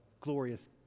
glorious